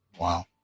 Wow